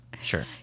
Sure